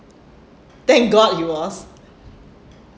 thank god he was